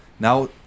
Now